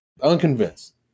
Unconvinced